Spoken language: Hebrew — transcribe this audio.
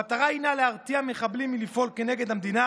המטרה היא להרתיע מחבלים לפעול כנגד המדינה